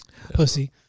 Pussy